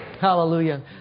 Hallelujah